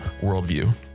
worldview